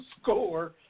score